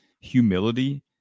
humility